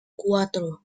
cuatro